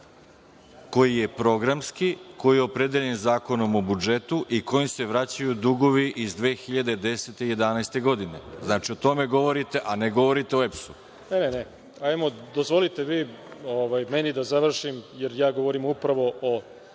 koji je programski, koji je opredeljen Zakonom o budžetu i kojim se vraćaju dugovi iz 2010. i 2011. godine. Znači, o tome govorite, a ne govorite o EPS-u. **Goran Ćirić** Dozvolite vi meni da završim, jer ja govorim upravo o